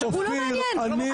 הוא לא מעניין,